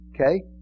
okay